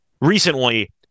recently